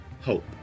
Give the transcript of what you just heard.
hope